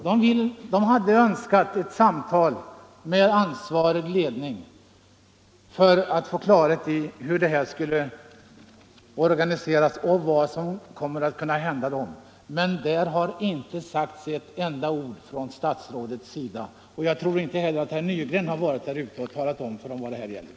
Personalen hade önskat ett samtal med ansvarig ledning för att få klarhet i hur verksamheten skall organiseras och vad som kommer att hända sendet sendet dem som berörs, men statsrådet har inte sagt ett ord om det. Jag tror inte heller att herr Nygren har varit där ute och talat om vad det här gäller.